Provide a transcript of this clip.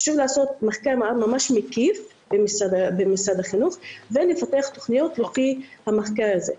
חשוב לעשות מחקר ממש מקיף במשרד החינוך ולפתח תוכניות לפי המחקר הזה.